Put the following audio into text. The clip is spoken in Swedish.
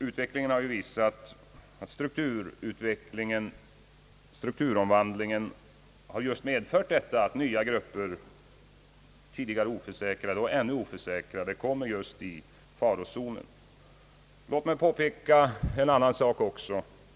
Utvecklingen har visat att strukturomvandlingen just har medfört att nya grupper, tidigare oförsäkrade och alltjämt oförsäkrade, kommer i farozonen. Låt mig även peka på en annan sak.